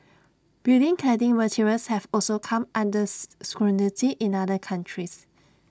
building cladding materials have also come under scrutiny in other countries